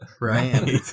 right